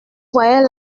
voyait